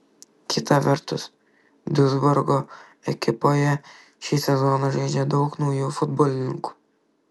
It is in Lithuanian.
kita vertus duisburgo ekipoje šį sezoną žaidžia daug naujų futbolininkų